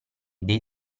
dei